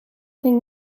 ging